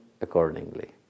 accordingly